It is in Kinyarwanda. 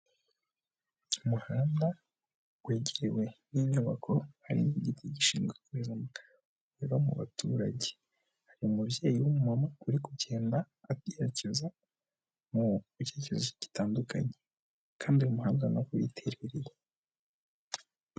Umuhanda wegerewe n'inyubako hari igiti gishinzwe kureba ava mu baturage hari umubyeyi w'umuntu uri kugenda abyerekeza mu bitekerezo gitandukanye kandi uyu muhanda ni uyiterereye.